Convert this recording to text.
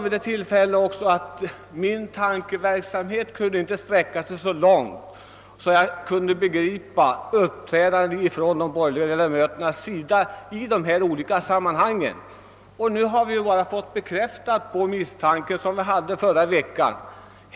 Vid det tillfället sade jag, att min tankeförmåga inte räcker till för att jag skall begripa de borgerliga ledamöternas uppträdande i dessa sammanhang. Nu har vi fått en konkret bekräftelse på den misstanke vi fick förra veckan.